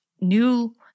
new